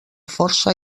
força